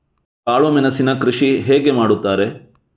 ಕಾಳು ಮೆಣಸಿನ ಕೃಷಿ ಹೇಗೆ ಮಾಡುತ್ತಾರೆ?